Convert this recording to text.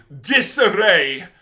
Disarray